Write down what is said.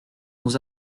aux